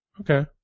Okay